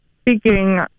speaking